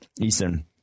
Eason